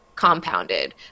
compounded